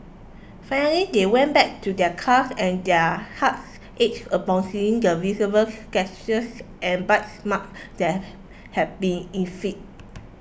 finally they went back to their car and their hearts ached upon seeing the visible scratches and bite marks that had been inflicted